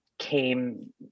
came